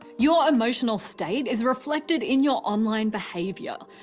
your emotional state is reflected in your online behavior.